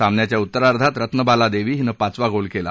सामन्याच्या उतरार्धात रत्नबाला देवी हिनं पाचवा गोल केला